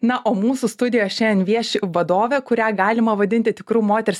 na o mūsų studijoj šiandien vieši vadovė kurią galima vadinti tikru moters